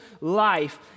life